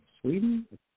Sweden